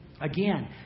again